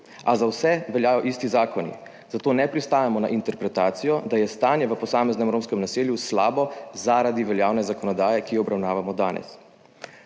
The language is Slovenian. A za vse veljajo isti zakoni, zato ne pristajamo na interpretacijo, da je stanje v posameznem romskem naselju slabo zaradi veljavne zakonodaje, ki jo obravnavamo danes.